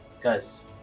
guys